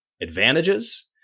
advantages